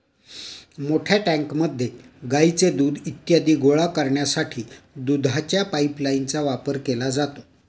मोठ्या टँकमध्ये गाईचे दूध इत्यादी गोळा करण्यासाठी दुधाच्या पाइपलाइनचा वापर केला जातो